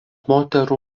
moterų